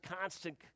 constant